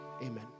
amen